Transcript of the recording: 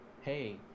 hey